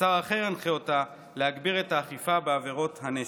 ושר אחר ינחה אותה להגביר את האכיפה בעבירות הנשק.